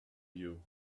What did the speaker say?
you